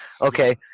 Okay